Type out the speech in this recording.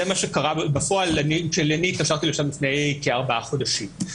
זה מה שקרה בפועל כשהתקשרתי לשם לפני כארבעה חודשים.